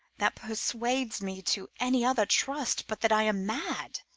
that persuades me to any other trust but that i am mad,